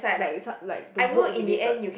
like we start like to work related